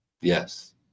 Yes